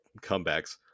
comebacks